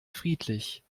friedlich